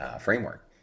framework